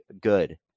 good